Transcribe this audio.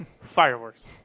Fireworks